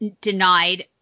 denied